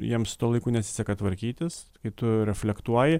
jiem su tuo laiku nesiseka tvarkytis kai tu reflektuoji